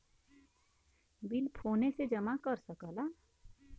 bill फोने से जमा कर सकला